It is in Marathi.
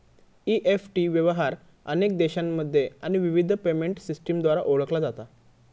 ई.एफ.टी व्यवहार अनेक देशांमध्ये आणि विविध पेमेंट सिस्टमद्वारा ओळखला जाता